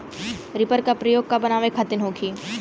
Reaper का प्रयोग का बनावे खातिन होखि?